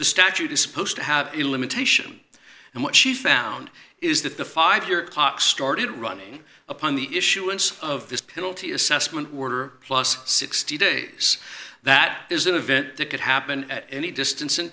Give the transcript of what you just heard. the statute is supposed to have a limitation and what she found is that the five year clock started running upon the issuance of this penalty assessment were plus sixty days that is an event that could happen at any distance in